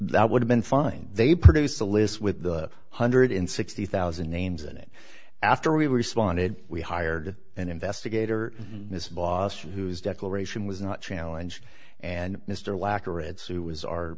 that would have been fine they produce a list with a hundred in sixty thousand names in it after we responded we hired an investigator his boss who's declaration was not challenge and mr